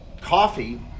coffee